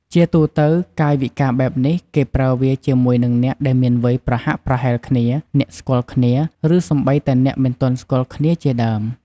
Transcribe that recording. ជាទូទៅ កាយវិការបែបនេះគេប្រើវាជាមួយនឹងអ្នកដែលមានវ័យប្រហាក់ប្រហែលគ្នា អ្នកស្គាល់គ្នា ឬសូម្បីតែអ្នកមិនទាន់ស្គាល់គ្នាជាដើម។